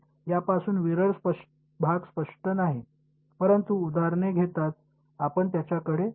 आणि यापासून विरळ भाग स्पष्ट नाही परंतु उदाहरणे घेताच आपण त्याकडे येऊ